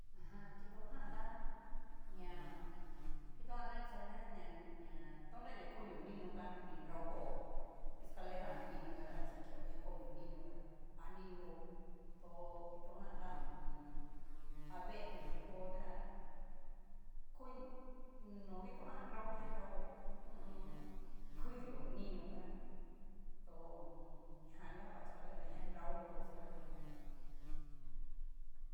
Ajan kitojan tá ña kitojan tá xa ña ña ña toñanrakonio, ninoka ni nrao kuao escalera jan nino ka ta ni xakeo n konio nino ká anino tó. kito jan ta ho o on. a vee uu tu ho tá. ko ni no kito jan nrao ña nrao hu u un. kudio ninó ka to ho o on. ñajan nguan va escalera jan ña nrao nó'o escalera jan.